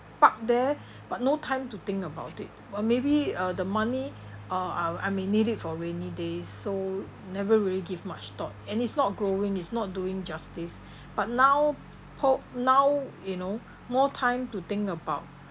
park there but no time to think about it or maybe uh the money uh I may need it for rainy days so never really give much thought and it's not growing it's not doing justice but now po~ now you know more time to think about